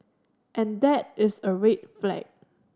and that is a red flag